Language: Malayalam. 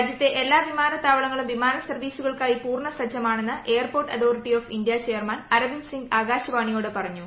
രാജ്യത്തെ എല്ലാ വിമാനത്താവളങ്ങളും വിമാന സർവീസുകൾക്കായി പൂർണസജ്ജമാണെന്ന് airport authority of India chairman Arvind Singh ആകാശവാണിയോട് പറഞ്ഞു